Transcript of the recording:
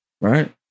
right